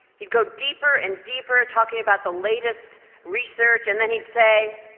he'd go deeper and deeper talking about the latest research and then he'd say,